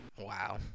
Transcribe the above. wow